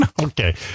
Okay